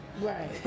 Right